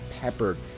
peppered